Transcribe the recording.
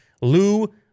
Lou